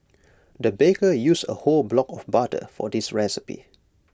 the baker used A whole block of butter for this recipe